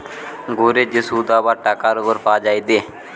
ঘুরে যে শুধ আবার টাকার উপর পাওয়া যায়টে